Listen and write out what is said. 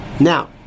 Now